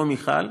לא מכל,